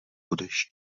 budeš